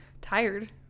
Tired